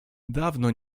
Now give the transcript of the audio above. dawno